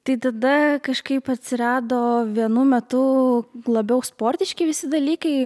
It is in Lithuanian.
tai tada kažkaip atsirado vienu metu labiau sportiški visi dalykai